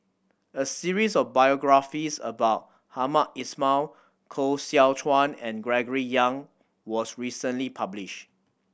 a series of biographies about Hamed Ismail Koh Seow Chuan and Gregory Yong was recently publish